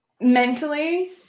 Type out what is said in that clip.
mentally